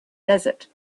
desert